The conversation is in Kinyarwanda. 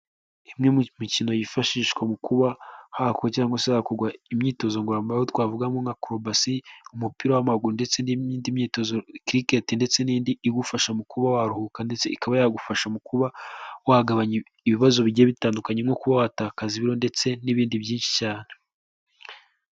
Imwe mu mikino yifashishwa mu kuba hakorwa cyangwa se hakorwa imyitozo ngororamubiri twavugamo nka acrobasi, umupira w'amaguru ndetse n'indi myitozo criket ndetse n'indi igufasha mu kuba waruhuka ndetse ikaba yagufasha mu kuba wagabanya ibibazo bigiye bitandukanye nko kuba watakakaza ibiro ndetse n'ibindi byinshi cyane.